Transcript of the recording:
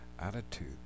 attitude